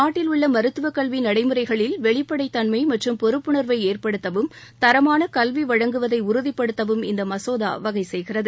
நாட்டில் உள்ள மருத்துவக் கல்வி நடைமுறைகளில் வெளிப்படைத் தன்மை மற்றும் பொறுப்புணர்வை ஏற்படுத்தவும் தரமான கல்வி வழங்குவதை உறுதிப்படுத்தவும் இந்த மசோதா வகை செய்கிறது